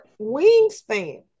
wingspan